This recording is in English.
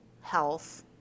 health